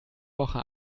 woche